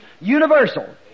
universal